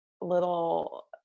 little